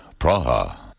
Praha